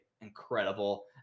incredible